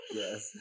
yes